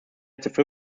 plätze